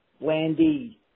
Landy